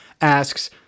asks